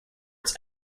its